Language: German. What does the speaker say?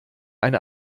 eine